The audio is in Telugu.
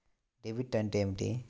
డెబిట్ అంటే ఏమిటి?